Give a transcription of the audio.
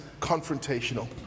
confrontational